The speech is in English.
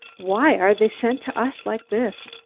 why are they sent to us like this,